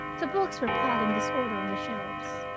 the books were piled in disorder on the shelves.